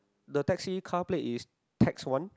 the taxi car plate is TAS one